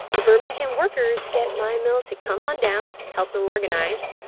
the birmingham workers get mine mill to come on down, help them organize.